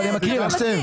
אני מקריא לך.